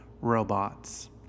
robots